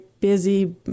busy